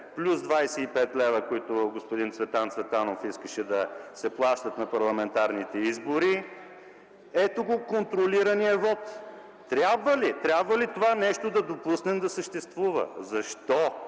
плюс 25 лв., които господин Цветан Цветанов искаше да се плащат на парламентарните избори, ето го контролираният вот. Трябва ли да допуснем това нещо да съществува? Защо?